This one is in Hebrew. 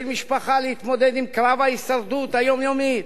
של משפחה להתמודד עם קרב ההישרדות היומיומי,